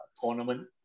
tournament